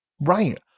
Right